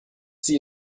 sie